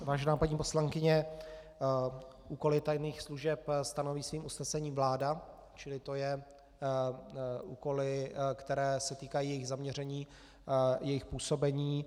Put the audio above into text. Vážená paní poslankyně, úkoly tajných služeb stanoví svým usnesením vláda, čili to jsou úkoly, které se týkají jejich zaměření, jejich působení.